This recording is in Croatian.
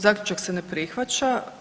Zaključak se ne prihvaća.